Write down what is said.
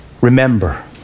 Remember